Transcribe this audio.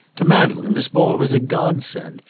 to madeleine this ball was a godsend,